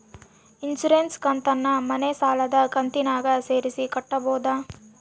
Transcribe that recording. Insurance ಕಂತನ್ನ ಮನೆ ಸಾಲದ ಕಂತಿನಾಗ ಸೇರಿಸಿ ಕಟ್ಟಬೋದ?